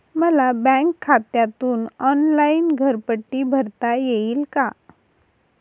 मला बँक खात्यातून ऑनलाइन घरपट्टी भरता येईल का?